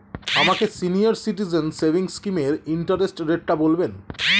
আমাকে senior citizen savings স্কিমের interest রেটটা বলবেন